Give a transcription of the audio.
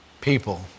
people